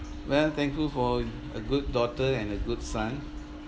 well thankful for a good daughter and a good son